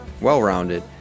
Well-rounded